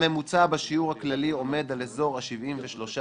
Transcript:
הממוצע בשיעור הכללי עומד על אזור ה-73.4%,